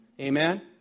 Amen